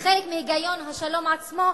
היא חלק מהגיון השלום עצמו,